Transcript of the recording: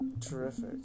terrific